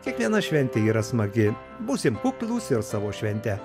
kiekviena šventė yra smagi būsim kuklūs ir savo šventę